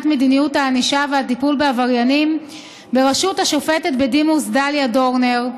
מדיניות הענישה והטיפול בעבריינים בראשות השופטת בדימוס דליה דורנר,